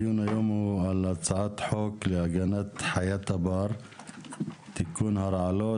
הדיון היום הוא על הצעת חוק להגנת חיית הבר (תיקון -הרעלות),